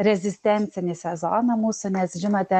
rezistencinį sezoną mūsų nes žinote